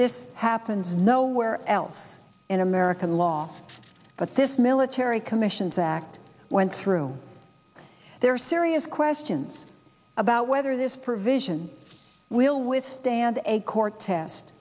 this happens nowhere else in america lost but this military commissions act went through there are serious questions about whether this provision will withstand a court test